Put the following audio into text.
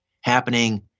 happening